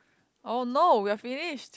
oh no we're finished